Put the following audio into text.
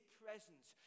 presence